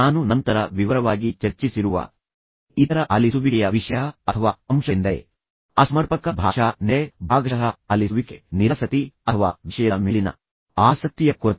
ನಾನು ನಂತರ ವಿವರವಾಗಿ ಚರ್ಚಿಸಿರುವ ಇತರ ಆಲಿಸುವಿಕೆಯ ವಿಷಯ ಅಥವಾ ಅಂಶವೆಂದರೆ ಅಸಮರ್ಪಕ ಭಾಷಾ ನೆಲೆ ಭಾಗಶಃ ಆಲಿಸುವಿಕೆ ನಿರಾಸಕ್ತಿ ಅಥವಾ ವಿಷಯದ ಮೇಲಿನ ಆಸಕ್ತಿಯ ಕೊರತೆ